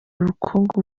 ubukungu